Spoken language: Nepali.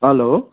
हेलो